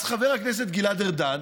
אז חבר הכנסת גלעד ארדן,